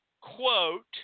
quote